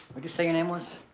but you say your name was?